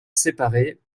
séparés